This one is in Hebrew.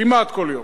כמעט כל יום.